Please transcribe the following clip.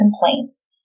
complaints